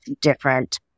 different